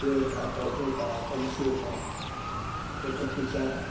پیڑ کا پودوں کا پنچھیوں کا فوٹو کھینچا ہے